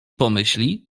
pomyśli